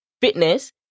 fitness